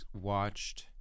watched